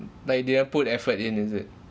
like they all put effort in is it